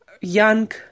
young